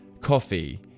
coffee